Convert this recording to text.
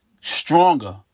stronger